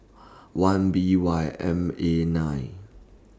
one B Y M A nine